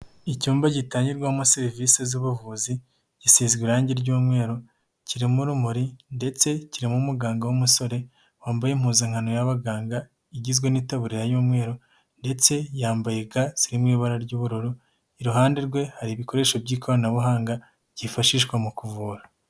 Icyumba gitangirwamo serivisi z'ubuvuzi, gisizwe irangi ry'umweru, kirimo urumuri ndetse kirimo umuganga w'umusore, wambaye impuzankano y'abaganga, igizwe n'itaburiya y'umweru ndetse yambaye ga ziri mu ibabara ry'ubururu, iruhande rwe hari ibikoresho by'ikoranabuhanga, byifashishwa mu kuvura.